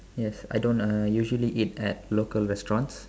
yes I don't uh usually eat at local restaurants